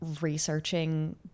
researching